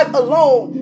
alone